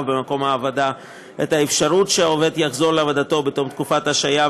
במקום העבודה ואת האפשרות שהעובד יחזור לעבודתו בתום תקופת ההשעיה,